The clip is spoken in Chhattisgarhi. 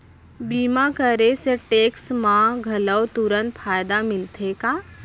बीमा करे से टेक्स मा घलव तुरंत फायदा मिलथे का?